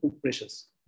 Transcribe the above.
precious